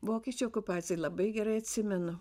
vokiečių okupaciją labai gerai atsimenu